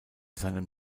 seinem